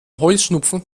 heuschnupfen